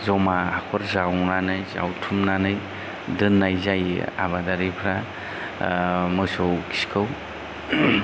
जमा हाखर जावनानै जावथुमनानै दोन्नाय जायो आबादारिफोरा मोसौ खिखौ